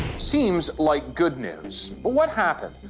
seems like good news. but what happened?